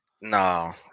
no